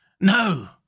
No